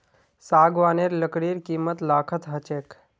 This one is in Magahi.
सागवानेर लकड़ीर कीमत लाखत ह छेक